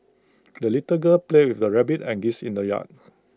the little girl played with her rabbit and geese in the yard